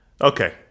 Okay